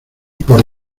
por